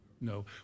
No